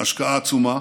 השקעה עצומה.